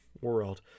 world